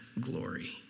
glory